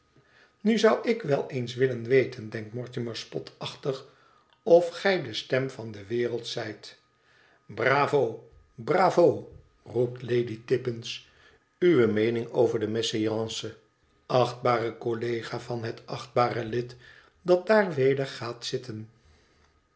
nu zou ik wel eens willen weten denkt mortimer spotachtig of gij de stem van de wereld zijt t bravo bravo roept lady tippins uwe meening over die mésalliance achtbare collega van het achtbare lid dat daar weder gaat zitten